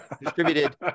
distributed